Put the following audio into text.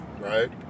right